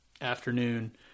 afternoon